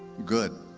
good.